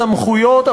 הסמכויות,